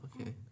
okay